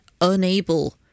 unable